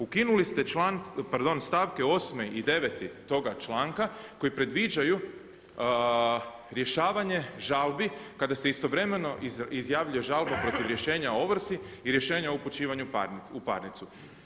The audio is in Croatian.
Ukinuli ste stavke 8. i 9. toga članka koji predviđaju rješavanje žalbi kada se istovremeno izjavljuje žalba protiv rješenja o ovrsi i rješenja upućivanja u parnicu.